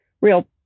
real